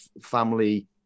family